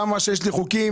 גם מה שיש לי חוקים,